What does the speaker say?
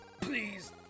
Please